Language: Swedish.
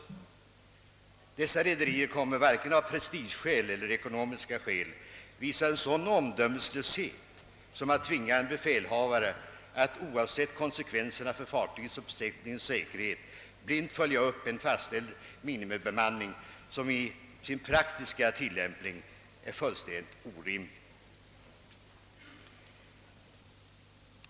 Dessa rederier kommer inte vare sig av prestigeskäl eller ekonomiska skäl att visa en sådan omdömeslöshet som att tvinga en befälhavare att oavsett konsekvenserna för fartygets och besättningens säkerhet blint följa upp en fastställd minimibemanning, en bestämmelse som i sin praktiska tillämpning är fullständigt orimlig.